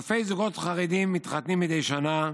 אלפי זוגות חרדים מתחתנים מדי שנה,